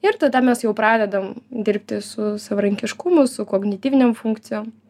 ir tada mes jau pradedam dirbti su savarankišku su kognityvinėm funkcijom